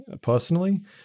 personally